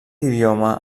idioma